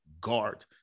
guard